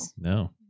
No